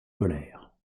colère